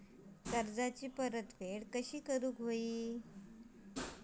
कर्जाची कशी परतफेड करूक हवी?